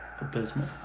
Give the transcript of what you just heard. abysmal